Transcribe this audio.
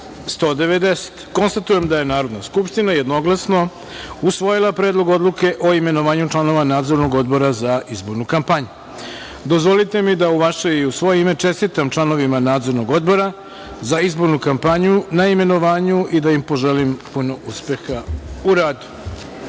190.Konstatujem da je Narodna skupština jednoglasno usvojila Predlog odluke o imenovanju članova Nadzornog odbora za izbornu kampanju. Dozvolite mi da u vaše i u svoje ime čestitam članovima Nadzornog odbora za izbornu kampanju na imenovanju i da im poželim puno uspeha u radu. Dame